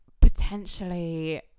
potentially